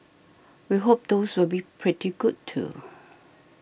we hope those will be pretty good too